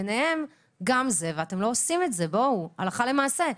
ביניהם גם זה, ואתם לא עושים את זה הלכה למעשה.